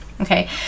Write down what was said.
Okay